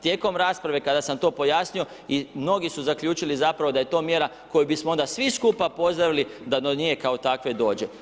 Tijekom rasprave kada sam to pojasnio i mnogi su zaključili da je to mjera koju smo onda svi skupa pozdravili da do nje, kao takve i dođe.